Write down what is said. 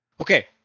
Okay